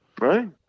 Right